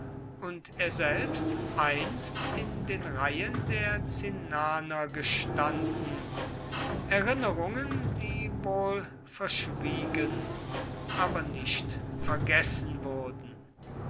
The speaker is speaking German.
und er selbst einst in den reihen der cinnaner gestanden erinnerungen die wohl verschwiegen aber nicht vergessen wurden